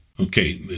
Okay